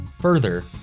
further